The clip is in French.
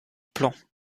plan